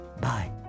Bye